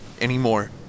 anymore